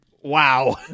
Wow